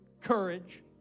courage